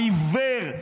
העיוור,